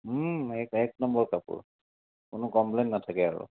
এক এক নম্বৰ কাপোৰ কোনো কমপ্লেইন নাথাকে আৰু